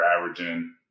averaging